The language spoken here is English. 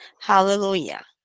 Hallelujah